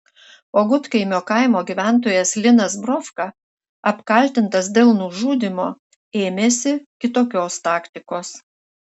o gudkaimio kaimo gyventojas linas brovka apkaltintas dėl nužudymo ėmėsi kitokios taktikos